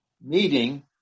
meeting